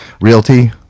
Realty